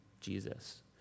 Jesus